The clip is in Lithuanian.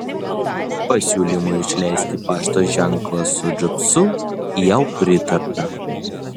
pasiūlymui išleisti pašto ženklą su džobsu jau pritarta